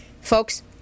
Folks